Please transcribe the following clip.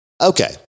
Okay